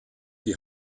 die